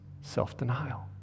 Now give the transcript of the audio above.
self-denial